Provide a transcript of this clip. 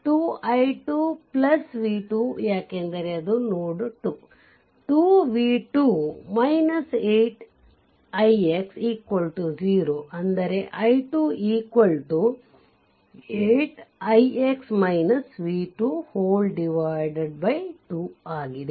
2 i2 v2 ಯಾಕೆಂದರೆ ಅದು ನೋಡ್ 2 2 v2 8 ix 0 ಅಂದರೆ i2 2 ಆಗಿದೆ